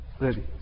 ready